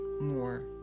more